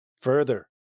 Further